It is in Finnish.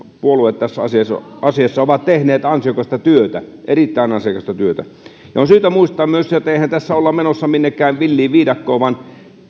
puolueet tässä asiassa ovat tehneet ansiokasta työtä erittäin ansiokasta työtä on syytä muistaa myös se että eihän tässä olla menossa minnekään villiin viidakkoon vaan